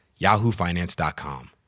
yahoofinance.com